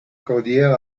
cordillère